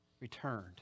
returned